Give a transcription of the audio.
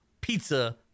pizza